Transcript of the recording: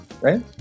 right